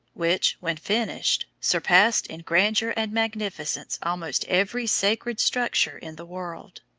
which, when finished, surpassed in grandeur and magnificence almost every sacred structure in the world.